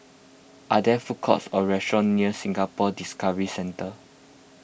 are there food courts or restaurants near Singapore Discovery Centre